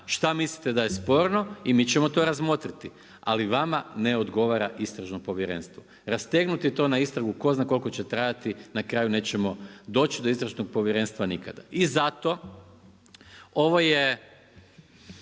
šta mislite da je sporno i mi ćemo to razmotriti ali vama ne odgovara istražno povjerenstvo. Rastegnuti to na istragu, tko zna koliko će trajati, na kraju nećemo doći do istražnog povjerenstva nikada. I zato ovo je